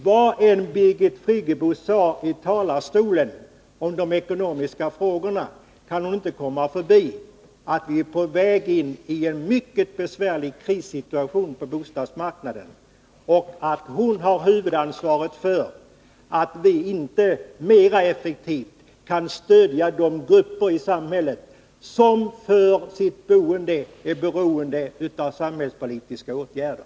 Vad än Birgit Friggebo säger i talarstolen om de ekonomiska frågorna kan hon inte komma förbi att vi är på väg in i en mycket besvärlig krissituation på bostadsmarknaden och att hon har huvudansvaret för att vi inte mera effektivt kan stödja de grupper i samhället som för sitt boende är beroende av samhällspolitiska åtgärder.